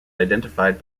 identified